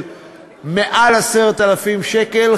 של יותר מ-10,000 שקל,